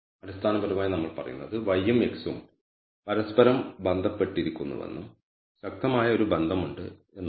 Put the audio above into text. അടിസ്ഥാനപരമായി നമ്മൾ പറയുന്നത് y ഉം x ഉം പരസ്പരം ബന്ധപ്പെട്ടിരിക്കുന്നുവെന്നും ശക്തമായ ഒരു ബന്ധമുണ്ട് എന്നാണ്